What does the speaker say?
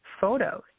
photos